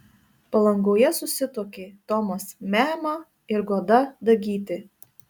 palangoje susituokė tomas meema ir goda dagytė